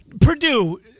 Purdue